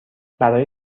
برای